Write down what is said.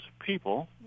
people